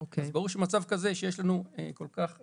ברור שמצב כזה, כשיש לנו מיעוט